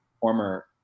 former